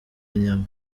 nyama